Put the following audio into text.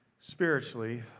spiritually